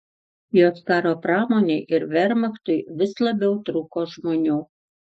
jos karo pramonei ir vermachtui vis labiau trūko žmonių